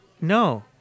No